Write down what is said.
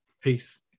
Peace